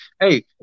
Hey